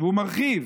והוא מרחיב: